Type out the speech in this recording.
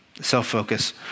self-focus